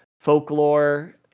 folklore